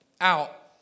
out